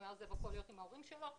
היה עוזב הכול להיות עם ההורים שלו.